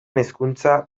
hezkuntza